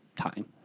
time